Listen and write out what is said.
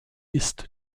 ist